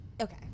Okay